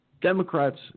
Democrats